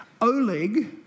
Oleg